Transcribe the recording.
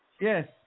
Yes